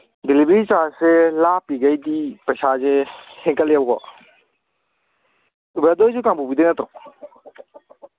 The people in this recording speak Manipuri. ꯗꯤꯂꯤꯕꯔꯤ ꯆꯥꯔꯖꯁꯦ ꯂꯥꯞꯄꯤꯒꯩꯗꯤ ꯄꯩꯁꯥꯁꯦ ꯍꯦꯟꯀꯠꯂꯦꯕꯀꯣ ꯕ꯭ꯔꯗꯔ ꯍꯣꯏꯁꯦ ꯀꯥꯡꯄꯣꯛꯄꯤꯗꯒꯤ ꯅꯠꯇ꯭ꯔꯣ